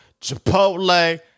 Chipotle